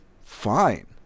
fine